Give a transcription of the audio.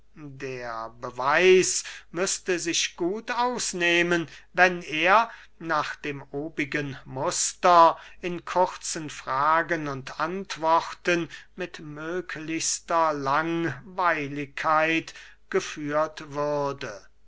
der beweis müßte sich gut ausnehmen wenn er nach dem obigen muster in kurzen fragen und antworten mit möglichstes langweiligkeit geführt würde